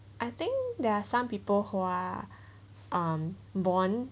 I think there are some people who are um born